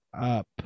up